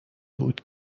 بود